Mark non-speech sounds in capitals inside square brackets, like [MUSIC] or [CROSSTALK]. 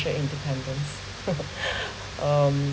independence [LAUGHS] [BREATH] um